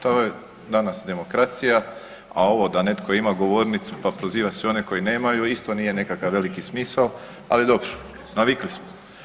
To je danas demokracija, a ovo da netko ima govornicu, pa proziva sve one koji nemaju isto nije nekakav veliki smisao, ali dobro navikli smo.